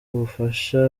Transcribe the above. bafasha